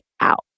out